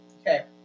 Okay